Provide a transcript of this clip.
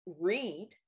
read